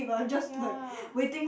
ya